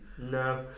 No